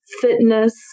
fitness